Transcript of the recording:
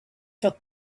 took